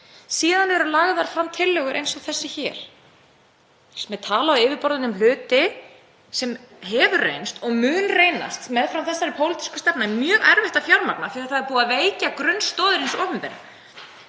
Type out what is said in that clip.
Síðan eru lagðar fram tillögur eins og þessi hér, sem er tala á yfirborðinu um hluti sem hefur reynst og mun reynast, meðfram þessari pólitísku stefnu, mjög erfitt að fjármagna af því að búið er að veikja grunnstoðir hins opinbera.